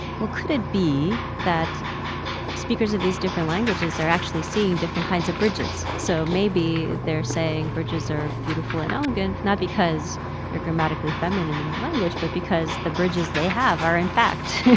well, could it be that speakers of these different languages are actually seeing different kinds of bridges? so maybe they're saying bridges are beautiful and elegant, not because they're grammatically feminine in the language, but because the bridges they have are, in fact,